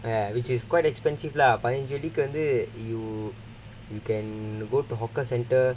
ya which is quite expensive lah but பதினஞ்சு வெள்ளிக்கு வந்து:pathinanju velliku vandhu you you can go to hawker centre